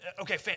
okay